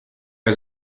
has